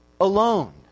alone